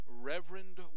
reverend